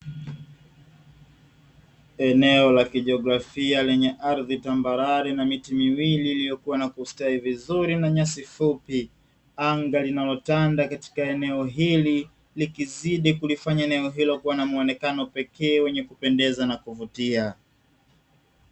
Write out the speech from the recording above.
Eneo la kijiografia lenye ardhi tambarare na miti miwili iliyokuwa na kustawi vizuri na nyasi fupi, anga linalotanda katika eneo hili lilizidi kulifanya eneo hili kuwa na muonekano wa kupendeza na kuvutia.